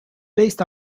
based